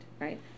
right